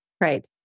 Right